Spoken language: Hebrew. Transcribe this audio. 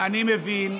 צבועים,